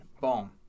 boom